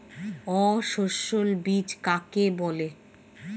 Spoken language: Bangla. অসস্যল বীজ কাকে বলে?